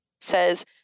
says